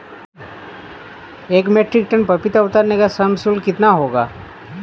एक metric tonne पपीता उतारने का श्रम शुल्क कितना होगा?